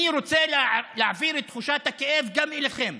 אני רוצה להעביר את תחושת הכאב גם אליכם.